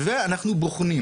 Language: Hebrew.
ואנחנו בוחנים.